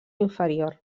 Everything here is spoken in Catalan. inferior